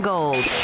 Gold